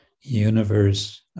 universe